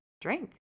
drink